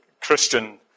Christian